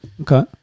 Okay